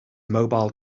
mobile